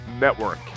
Network